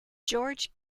george